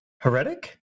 Heretic